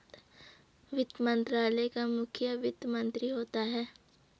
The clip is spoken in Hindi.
वित्त मंत्रालय का मुखिया वित्त मंत्री होता है